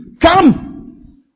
Come